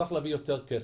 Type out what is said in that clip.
צריך להביא יותר כסף.